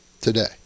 Today